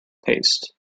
paste